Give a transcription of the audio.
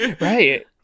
right